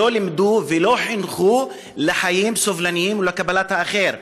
שלא לימדו ולא חינכו לחיים סובלניים ולקבלת האחר.